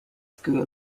school